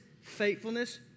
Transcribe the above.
faithfulness